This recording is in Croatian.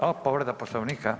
A povreda Poslovnika.